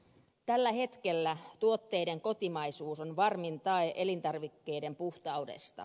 tällä hetkellä tuotteiden kotimaisuus on varmin tae elintarvikkeiden puhtaudesta